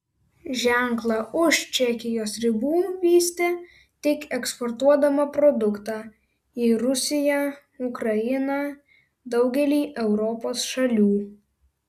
ženklą už čekijos ribų vystė tik eksportuodama produktą į rusiją ukrainą daugelį europos šalių